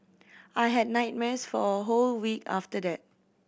I had nightmares for a whole week after that